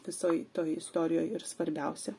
visoj toj istorijoj ir svarbiausia